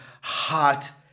hot